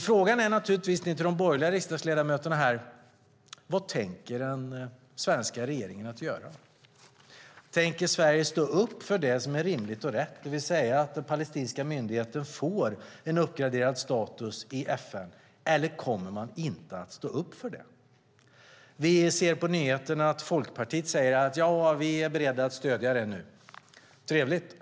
Frågan är naturligtvis till de borgerliga riksdagsledamöterna här: Vad tänker den svenska regeringen göra? Tänker Sverige stå upp för det som är rimligt och rätt, det vill säga att den palestinska myndigheten får en uppgraderad status i FN, eller kommer man inte att göra det? Vi ser på nyheterna att Folkpartiet säger att de är beredda att stödja en uppgradering nu - trevligt.